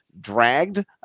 dragged